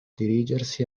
dirigersi